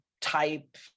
type